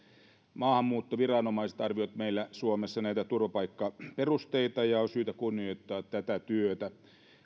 maahanmuuttoviranomaiset arvioivat meillä suomessa näitä turvapaikkaperusteita ja on syytä kunnioittaa tätä työtä